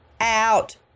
out